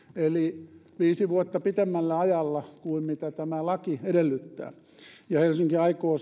eli se on viisi vuotta pitemmällä ajalla kuin mitä tämä laki edellyttää ja helsinki aikoo